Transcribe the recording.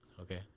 Okay